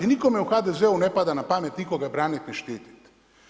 Nikome u HDZ-u ne pada na pamet nikoga branit, ni štitit.